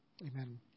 Amen